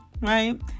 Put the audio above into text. Right